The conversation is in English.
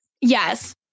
Yes